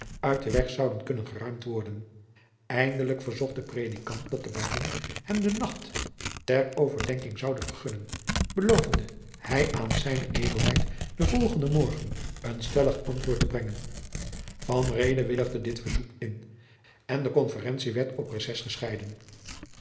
uit den weg zouden kunnen geruimd worden eindelijk verzocht de predikant dat de baron hem de nacht ter overdenking zoude vergunnen belovende hij aan zijne edelheid den volgenden morgen een stellig antwoord te brengen van reede willigde dit verzoek in en de conferentie werd op reces gescheiden